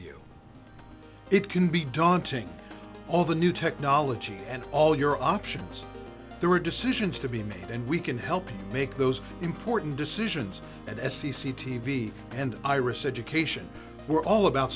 you it can be daunting all the new technology and all your options there are decisions to be made and we can help you make those important decisions as c c t v and iris education we're all about